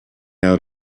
out